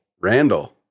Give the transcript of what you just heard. Randall